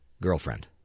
girlfriend